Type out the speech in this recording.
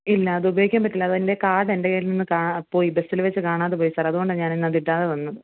ഇല്ല അത് ഉപയോഗിക്കാൻ പറ്റില്ല അതിന്റെ കാർഡ് എന്റെ കയ്യിൽ കാണാതെ പോയി ബസ്സിൽ വെച്ച് കാണാതെ പോയി സാർ അതുകൊണ്ട് ആണ് ഞാൻ ഇന്ന് അത് ഇടാതെ വന്നത്